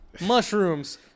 mushrooms